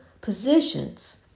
positions